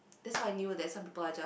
that's how I knew that some people are just